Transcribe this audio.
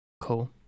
Cool